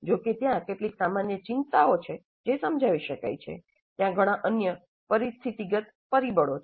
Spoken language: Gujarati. જોકે ત્યાં કેટલીક સામાન્ય ચિંતાઓ છે જે સમજાવી શકાય છે ત્યાં અન્ય ઘણા પરિસ્થિતિગત પરિબળો છે